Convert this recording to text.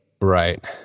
Right